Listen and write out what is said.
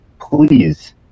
Please